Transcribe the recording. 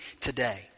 today